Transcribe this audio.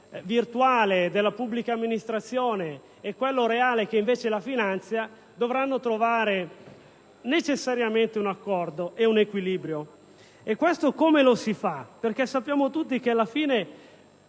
virtuale della pubblica amministrazione e quello reale che invece la finanzia ‑ dovranno trovare necessariamente un accordo e un equilibrio. Come è possibile ottenerlo? Sappiamo tutti che è